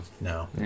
No